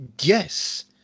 Yes